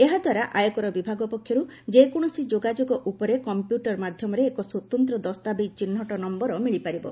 ଏହା ଦ୍ୱାରା ଆୟକର ବିଭାଗ ପକ୍ଷରୁ ଯେକୌଣସି ଯୋଗାଯୋଗ ଉପରେ କମ୍ପ୍ୟୁଟର ମାଧ୍ୟମରେ ଏକ ସ୍ପତନ୍ତ୍ର ଦସ୍ତାବିଜ ଚିହ୍ନଟ ନମ୍ଘର ମିଳିପାରିବ